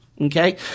Okay